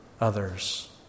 others